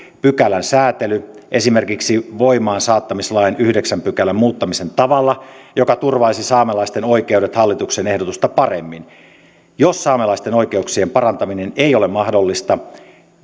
pykälän säätely esimerkiksi voimaansaattamislain yhdeksännen pykälän muuttamisen tavalla joka turvaisi saamelaisten oikeudet hallituksen ehdotusta paremmin jos saamelaisten oikeuksien parantaminen ei ole mahdollista